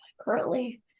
currently